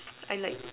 I like